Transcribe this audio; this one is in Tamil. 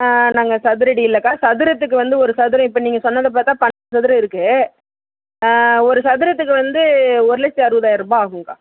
நாங்கள் சதுரடி இல்லைக்கா சதுரத்துக்கு வந்து ஒரு சதுரம் இப்போ நீங்கள் சொன்னதை பார்த்தா சதுரம் இருக்குது ஒரு சதுரத்துக்கு வந்து ஒரு லட்சத்தி அறுபதாயிரம் ரூபாய் ஆகும்க்கா